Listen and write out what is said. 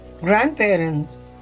grandparents